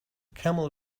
camel